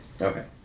Okay